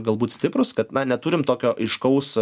galbūt stiprūs kad na neturim tokio aiškaus